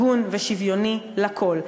הגון ושוויוני לכול.